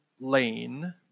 lane